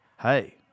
Hey